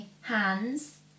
hands